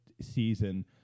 season